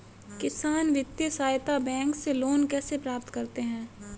किसान वित्तीय सहायता बैंक से लोंन कैसे प्राप्त करते हैं?